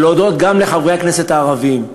ולהודות לגם לחברי הכנסת הערבים,